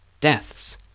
deaths